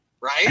right